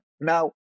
Now